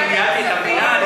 אני ניהלתי את המדינה?